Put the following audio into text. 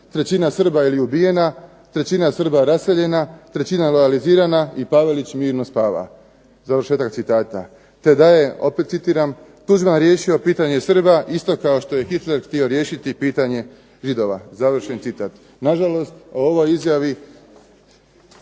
"Trećina Srba ili ubijena, trećina Srba raseljena, trećina ... i Pavelić mirno spava". Te da je, opet citiram "Tuđman riješio pitanje Srba isto kao što je Hitler htio riješiti pitanje Židova". Nažalost, o ovoj izjavi